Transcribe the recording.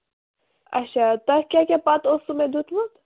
اَچھا تۄہہِ کیٛاہ کیٛاہ پَتہٕ اوسوٕ مےٚ دیُمُت